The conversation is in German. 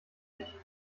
ich